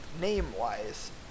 name-wise